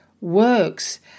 works